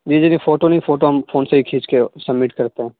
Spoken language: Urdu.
جی جی جی فوٹو نہیں فوٹو ہم فون سے ہی کھینچ کے سبمٹ کرتے ہیں